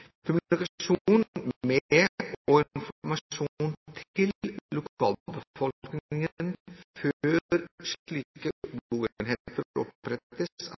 med og informasjon til lokalbefolkningen før slike boenheter opprettes,